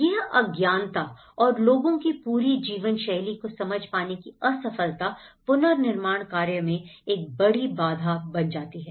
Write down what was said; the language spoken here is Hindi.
यह अज्ञानता और लोगों की पूरी जीवन शैली को समझ पाने की असफलता पुनर्निर्माण कार्य में एक बड़ी बाधा बन जाती है